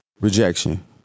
Rejection